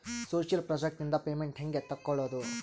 Social project ನಿಂದ payment ಹೆಂಗೆ ತಕ್ಕೊಳ್ಳದು?